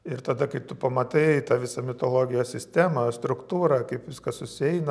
ir tada kai tu pamatai tą visą mitologijos sistemą struktūrą kaip viskas susieina